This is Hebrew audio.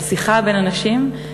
על שיחה בין אנשים,